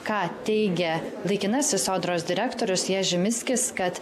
ką teigia laikinasis sodros direktorius ježy miskis kad